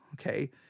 okay